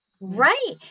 Right